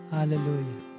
Hallelujah